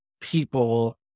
people